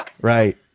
Right